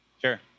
Sure